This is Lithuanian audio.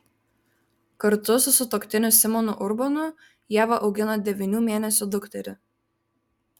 kartu su sutuoktiniu simonu urbonu ieva augina devynių mėnesių dukterį